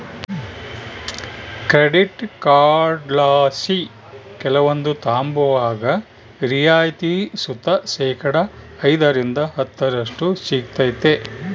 credit ಕಾರ್ಡ್ಲಾಸಿ ಕೆಲವೊಂದು ತಾಂಬುವಾಗ ರಿಯಾಯಿತಿ ಸುತ ಶೇಕಡಾ ಐದರಿಂದ ಹತ್ತರಷ್ಟು ಸಿಗ್ತತೆ